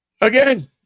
Again